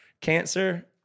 cancer